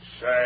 Say